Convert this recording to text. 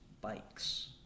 bikes